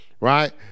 Right